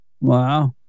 wow